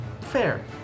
fair